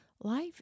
life